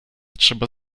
trzeba